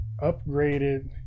upgraded